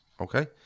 okay